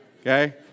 Okay